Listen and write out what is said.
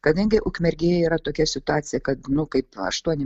kadangi ukmergėje yra tokia situacija kad nu kaip aštuoni